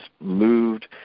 moved